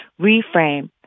reframe